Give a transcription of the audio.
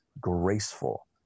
graceful